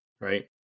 right